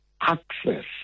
access